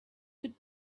could